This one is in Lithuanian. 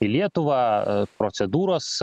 į lietuvą procedūros